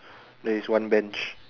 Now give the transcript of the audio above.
there is one bench